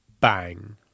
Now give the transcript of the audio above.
bang